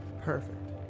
Perfect